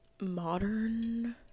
modern